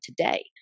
today